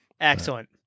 Excellent